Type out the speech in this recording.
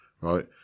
right